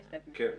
נכון.